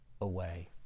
away